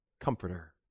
Comforter